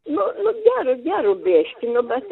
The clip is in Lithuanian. nu nu geriu geriu biškį nu bet